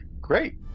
Great